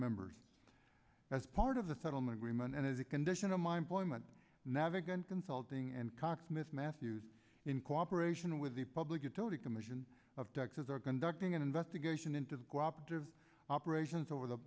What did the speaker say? members as part of the settlement agreement and as a condition of my employment navigant consulting and cox miss matthews in cooperation with the public utility commission of texas are conducting an investigation into the co operative operations over the